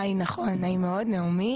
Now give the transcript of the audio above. הי נכון, נעים מאוד נעמי,